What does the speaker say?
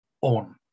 on